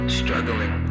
struggling